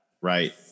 Right